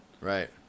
Right